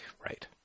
Right